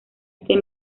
este